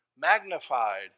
magnified